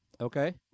Okay